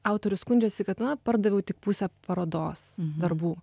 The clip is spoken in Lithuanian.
autorius skundžiasi kad na pardaviau tik pusę parodos darbų